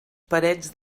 parets